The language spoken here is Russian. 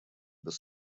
без